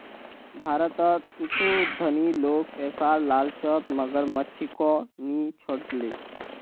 भारतत कुछू धनी लोग पैसार लालचत मगरमच्छको नि छोड ले